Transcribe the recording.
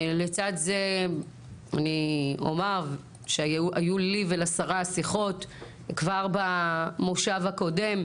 לצד זה אני אומר שהיו לי ולשרה שיחות כבר במושב הקודם,